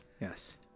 Yes